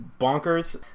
bonkers